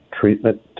treatment